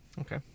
Okay